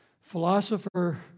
Philosopher